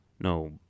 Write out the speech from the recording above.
no